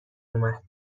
اومد